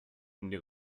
new